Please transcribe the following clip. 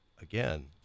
again